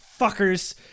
fuckers